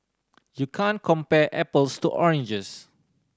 you can't compare apples to oranges